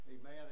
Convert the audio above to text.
Amen